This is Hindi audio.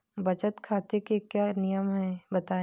बचत खाते के क्या नियम हैं बताएँ?